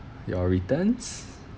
your returns